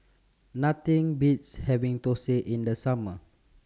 Nothing Beats having Thosai in The Summer